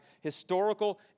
historical